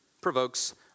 provokes